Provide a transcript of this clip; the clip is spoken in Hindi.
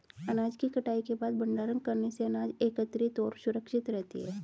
अनाज की कटाई के बाद भंडारण करने से अनाज एकत्रितऔर सुरक्षित रहती है